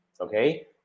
okay